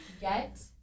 get